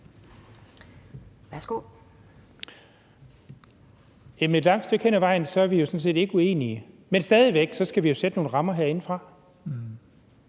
(DF): Et langt stykke hen ad vejen er vi sådan set ikke uenige, men stadig væk skal vi jo sætte nogle rammer herindefra.